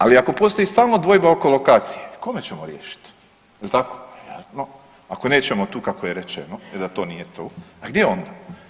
Ali ako postoji stalno dvojba oko lokacije kome ćemo riješiti jel tako, ako nećemo tu kako je rečeno jer da to nije tu, a gdje onda?